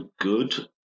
good